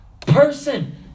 person